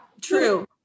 true